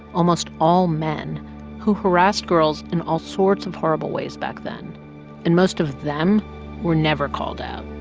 almost all men who harassed girls in all sorts of horrible ways back then and most of them were never called out